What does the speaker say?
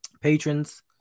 patrons